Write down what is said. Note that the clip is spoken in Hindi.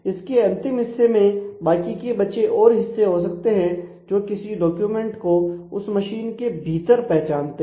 इसके अंतिम हिस्से में बाकी के बचे और हिस्से हो सकते हैं जो किसी डॉक्यूमेंट को उस मशीन के भीतर पहचानते हैं